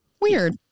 Weird